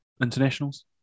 internationals